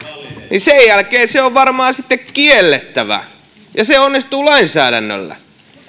etämyynnin sen jälkeen se on varmaan sitten turvattava ja se onnistuu lainsäädännöllä